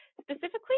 specifically